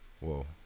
Whoa